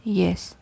yes